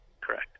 Correct